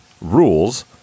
rules